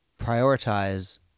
prioritize